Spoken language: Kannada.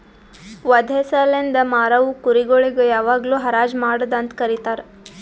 ವಧೆ ಸಲೆಂದ್ ಮಾರವು ಕುರಿ ಗೊಳಿಗ್ ಯಾವಾಗ್ಲೂ ಹರಾಜ್ ಮಾಡದ್ ಅಂತ ಕರೀತಾರ